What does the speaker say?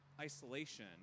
isolation